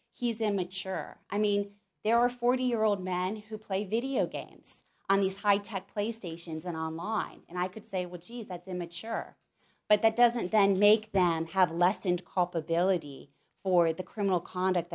he's a mature i mean there are forty year old men who play video games on these high tech play stations and online and i could say what she's that's in mature but that doesn't then make them have less and culpability for the criminal conduct